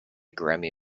grammy